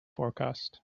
forecast